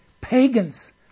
pagans